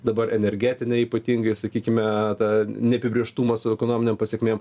dabar energetinę ypatingai sakykime tą neapibrėžtumą su ekonominėm pasekmėm